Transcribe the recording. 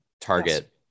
target